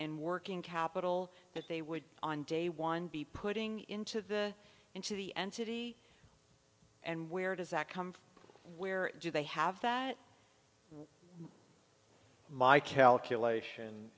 and working capital that they would on day one be putting into the into the entity and where does that come from where do they have that my calculation